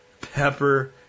pepper